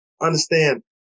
understand